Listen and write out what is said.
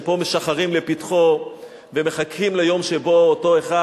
שפה משחרים לפתחו ומחכים ליום שבו אותו אחד,